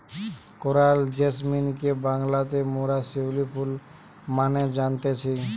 coral জেসমিনকে বাংলাতে মোরা শিউলি ফুল মানে জানতেছি